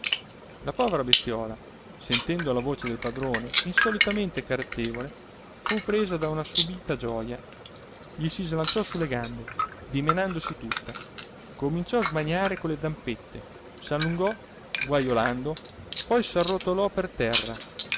la povera bestiola sentendo la voce del padrone insolitamente carezzevole fu presa da una subita gioja gli si slanciò su le gambe dimenandosi tutta cominciò a smaniare con le zampette s'allungò guajolando poi s'arrotolò per terra